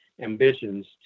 ambitions